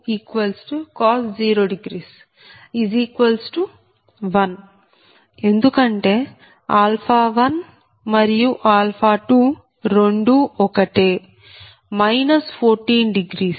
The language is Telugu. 0 ఎందుకంటే 1 మరియు 2 రెండూ ఒకటే 14